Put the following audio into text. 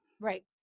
right